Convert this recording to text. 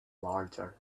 larger